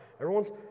Everyone's